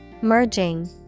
Merging